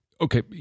okay